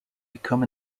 become